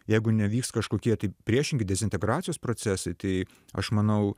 jeigu nevyks kažkokie tai priešingi dezintegracijos procesai tai aš manau